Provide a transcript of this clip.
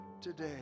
today